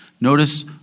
Notice